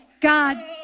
God